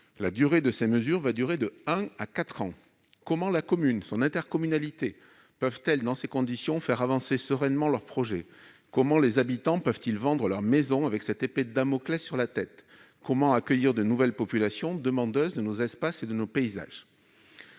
une durée comprise entre un et quatre ans. Comment la commune et son intercommunalité peuvent-elles, dans ces conditions, faire avancer sereinement leurs projets ? Comment les habitants peuvent-ils vendre leurs maisons avec cette épée de Damoclès au-dessus de leur tête ? Comment accueillir de nouvelles populations demandeuses de nos espaces et de nos paysages ?